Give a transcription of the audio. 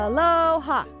Aloha